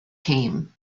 came